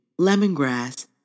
lemongrass